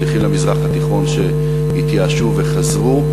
שליחים למזרח התיכון שהתייאשו וחזרו.